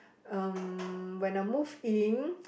um when I move in